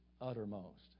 uttermost